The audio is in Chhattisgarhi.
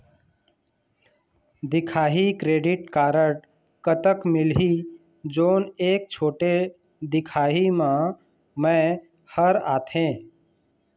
दिखाही क्रेडिट कारड कतक मिलही जोन एक छोटे दिखाही म मैं हर आथे?